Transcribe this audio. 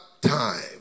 time